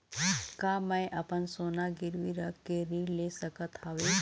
का मैं अपन सोना गिरवी रख के ऋण ले सकत हावे?